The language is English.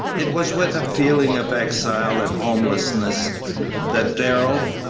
it was with a feeling of exile and homelessness that darrell,